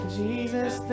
jesus